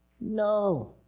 No